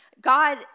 God